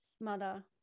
mother